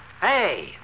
Hey